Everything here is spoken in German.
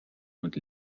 und